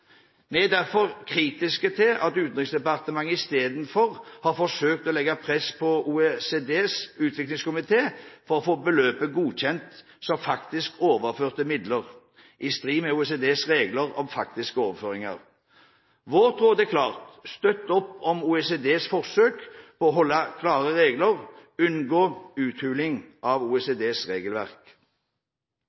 er derfor kritiske til at Utenriksdepartementet i stedet har forsøkt å legge press på OECDs utviklingskomité for å få beløpet godkjent som faktisk overførte midler, i strid med OECDs regler om faktiske overføringer. Vårt råd er klart: Støtt opp om OECDs forsøk på å holde klare regler, unngå uthuling av OECDs regelverk.